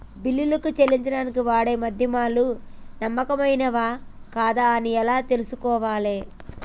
బిల్లులు చెల్లించడానికి వాడే మాధ్యమాలు నమ్మకమైనవేనా కాదా అని ఎలా తెలుసుకోవాలే?